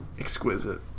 Exquisite